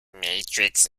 matrix